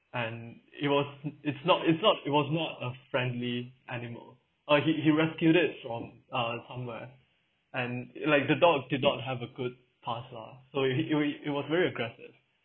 and it was it's not it's not it was not a friendly animal or he he rescued from uh somewhere and it like the dog didn't have a good past lah so you hit you it was very aggressive